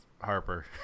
harper